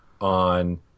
on